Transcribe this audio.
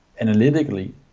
analytically